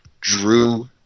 drew